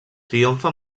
triomfa